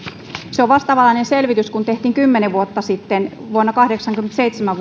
se on vastaavanlainen selvitys kuin mikä tehtiin kymmenen vuotta sitten vuonna kahdeksankymmentäseitsemän